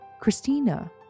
Christina